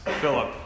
Philip